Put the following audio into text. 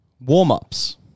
warm-ups